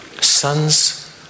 Sons